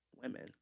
Women